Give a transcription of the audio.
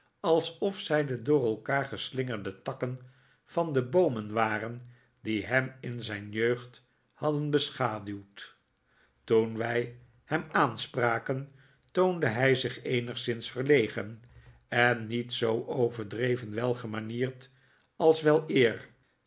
alsof zij de door elkaar geslingerde takken van de boomen waren die hem in zijn jeugd hadden beschaduwd toen wij hem aanspraken toonde hij zich eenigszins verlegen en niet zoo overdreven welgemanierd als weleer